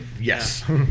Yes